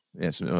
Yes